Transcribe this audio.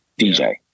DJ